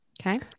Okay